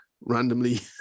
randomly